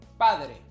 Padre